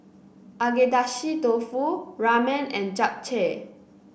Agedashi Dofu Ramen and Japchae